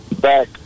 back